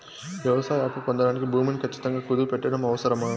వ్యవసాయ అప్పు పొందడానికి భూమిని ఖచ్చితంగా కుదువు పెట్టడం అవసరమా?